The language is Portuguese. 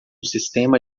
sistema